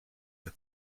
the